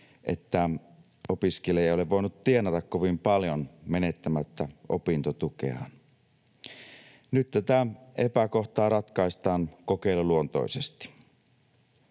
että opiskelija ei ole voinut tienata kovin paljon menettämättä opintotukeaan. Nyt tätä epäkohtaa ratkaistaan kokeiluluontoisesti.